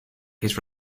his